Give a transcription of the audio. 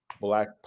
black